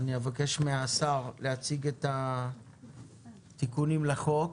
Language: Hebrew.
אני אבקש מהשר להציג את התיקונים לחוק.